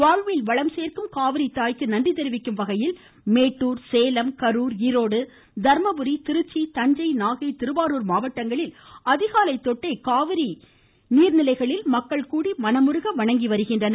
வாழ்வில் வளம் சேர்க்கும் காவிரி தாய்க்கு நன்றி தெரிவிக்கும்வகையில் மேட்டுர் சேலம் கரூர் ஈரோடு தருமபுரி திருச்சி தஞ்சை நாகை திருவாரூர் மாவட்டங்களில் அதிகாலைதொட்டே காவிரி நீர்நிலைகளில் மக்கள் கூடி மனமுருக வணங்கி வருகின்றனர்